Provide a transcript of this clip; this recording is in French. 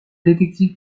détective